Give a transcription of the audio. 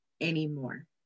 anymore